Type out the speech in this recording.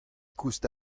koust